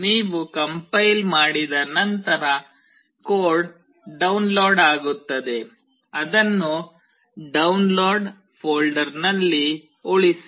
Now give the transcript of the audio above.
ನೀವು ಕಂಪೈಲ್ ಮಾಡಿದ ನಂತರ ಕೋಡ್ ಡೌನ್ಲೋಡ್ ಆಗುತ್ತದೆ ಅದನ್ನು ಡೌನ್ಲೋಡ್ ಫೋಲ್ಡರ್ನಲ್ಲಿ ಉಳಿಸಿ